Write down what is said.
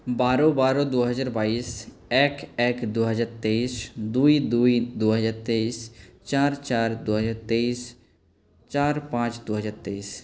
বারো বারো দুহাজার বাইশ এক এক দুহাজার তেইশ দুই দুই দুহাজার তেইশ চার চার দুহাজার তেইশ চার পাঁচ দুহাজার তেইশ